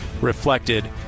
reflected